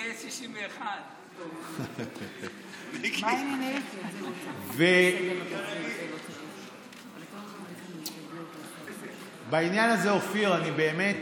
לגייס 61. בעניין הזה, אופיר, אני באמת